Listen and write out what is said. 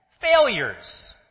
failures